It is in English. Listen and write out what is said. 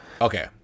Okay